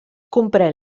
comprèn